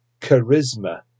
charisma